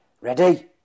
Ready